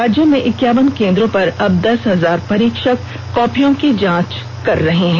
राज्य में इक्यावन केन्द्रों पर करीब दस हजार परीक्षक कॉपियों की जांच कर रहे हैं